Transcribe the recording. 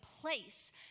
place